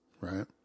right